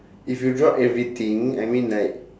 if you drop everything I mean like